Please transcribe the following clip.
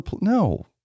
No